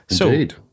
Indeed